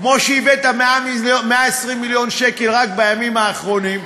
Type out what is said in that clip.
כמו שהבאת 120 מיליון שקל רק בימים האחרונים,